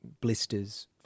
blisters